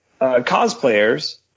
cosplayers